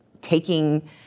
taking